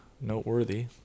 noteworthy